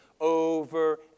over